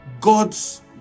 God's